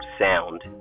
sound